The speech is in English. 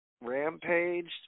rampaged